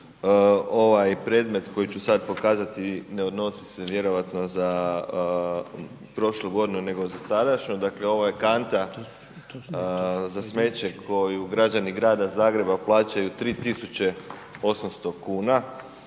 Ovaj predmet koji ću sad pokazati ne odnosi se vjerojatno za prošlu godinu, nego za sadašnju. Dakle, ovo je kanta za smeće koju građani grada Zagreba plaćaju 3800 kn,